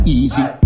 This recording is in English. easy